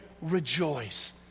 rejoice